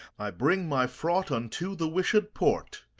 i bring my fraught unto the wished port,